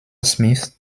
smith